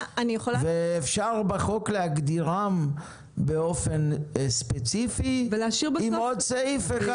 אפשר בחוק להגדיר אותם באופן ספציפי עם עוד סעיף אחד